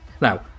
now